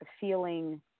feeling